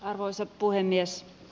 arvoisa puhemies